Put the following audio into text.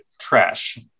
trash